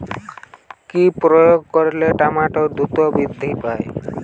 কি প্রয়োগ করলে টমেটো দ্রুত বৃদ্ধি পায়?